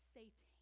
Satan